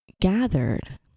gathered